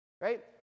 right